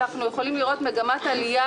מה את רוצה ממנה?